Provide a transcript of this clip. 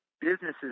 businesses